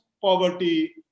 poverty